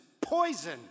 poison